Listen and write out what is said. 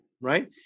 right